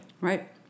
right